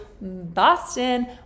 Boston